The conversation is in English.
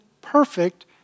perfect